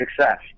success